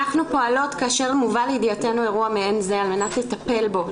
אנחנו פועלות כאשר מובא לידיעתנו אירוע מעין זה על מנת לטפל בו,